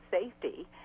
safety